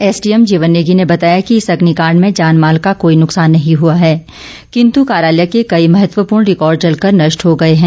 SDM Jeevan Negi ने बताया कि इस अग्निकांड में जान माल का कोई नुकसान नहीं हुआ है किन्तु कार्यालय के कई महत्वपूर्ण रिकॉर्ड जलकर नष्ट हो गए हैं